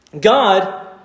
God